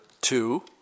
two